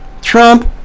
Trump